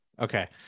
Okay